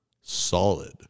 solid